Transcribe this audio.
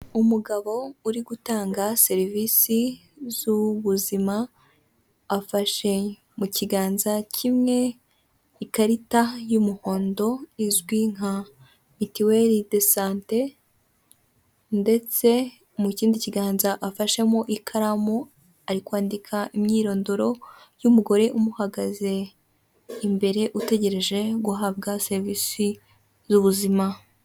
Umugabo uri gutanga serivisi z'ubuzima afashe mu kiganza kimwe, ikarita y'umuhondo izwi nka mitiwele de sante ndetse mu kindi kiganza afashemo ikaramu ari kwandika imyirondoro y'umugore umuhagaze imbere utegereje guhabwa serivisi z'ubuzima.